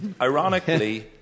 Ironically